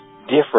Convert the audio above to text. different